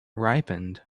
ripened